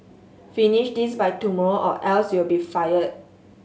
finish this by tomorrow or else you'll be fired